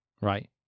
right